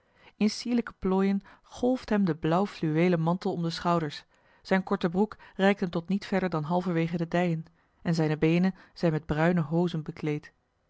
in sierlijke plooien golft hem de blauw fluweelen mantel om de schouders zijne korte broek reikt hem tot niet verder dan halverwege de dijen en zijne beenen zijn met bruine hozen bekleed